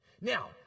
Now